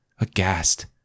aghast